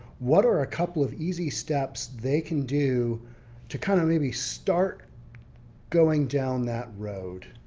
what are a couple of easy steps they can do to kind of maybe start going down that road?